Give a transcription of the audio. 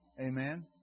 Amen